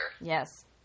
Yes